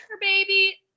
baby